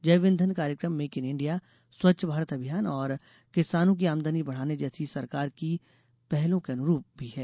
जैव ईंधन कार्यक्रम make in India Swachh Bharat अभियान और किसानों की आमदनी बढ़ाने जैसी सरकार की पहलों के अनुरूप भी है